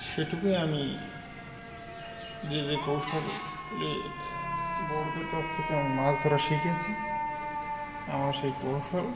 সেটুকুই আমি যে যে কৌশলে বড়দের কাছ থেকে আমি মাছ ধরা শিখেছি আমার সেই কৌশল